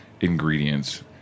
ingredients